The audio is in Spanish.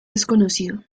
desconocido